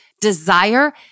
desire